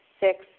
Six